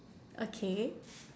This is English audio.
okay